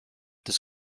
this